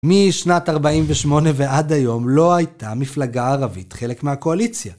משנת 48' ועד היום לא הייתה מפלגה ערבית חלק מהקואליציה.